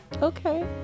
Okay